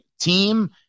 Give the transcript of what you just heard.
team